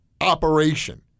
operation